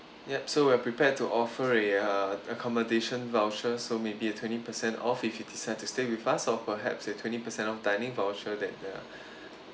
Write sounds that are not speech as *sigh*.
yup so we're prepared to offer a uh accommodation voucher so maybe a twenty percent off if you decide to stay with us or perhaps a twenty percent off dining voucher that uh *breath*